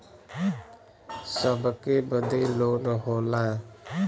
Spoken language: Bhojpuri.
सबके बदे लोन होला